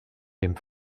dem